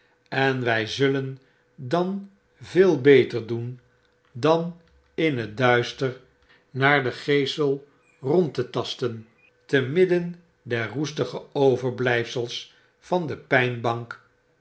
en wy zullen dan veel beter doen dan in het duister naar den geesel rond te tasten te midden der roestige overblyfsels van de pynbank